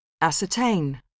Ascertain